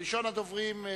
ראשון הדוברים,